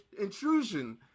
intrusion